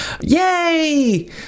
Yay